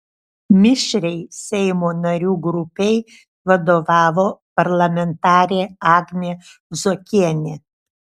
mišriai seimo narių grupei vadovavo parlamentarė agnė zuokienė